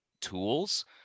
tools